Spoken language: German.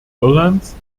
irlands